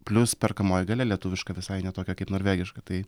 plius perkamoji galia lietuviška visai ne tokia kaip norvegiška tai